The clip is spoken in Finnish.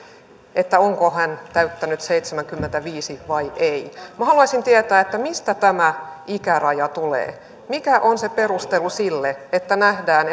onko hän täyttänyt seitsemänkymmentäviisi vai ei minä haluaisin tietää mistä tämä ikäraja tulee mikä on se perustelu sille että nähdään